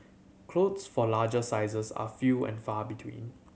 clothes for larger sizes are few and far between